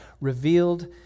revealed